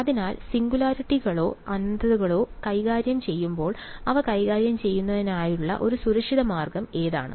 അതിനാൽ സിംഗുലാരിറ്റികളോ അനന്തതകളോ കൈകാര്യം ചെയ്യുമ്പോൾ അവ കൈകാര്യം ചെയ്യുന്നതിനുള്ള ഒരു സുരക്ഷിത മാർഗം ഏതാണ്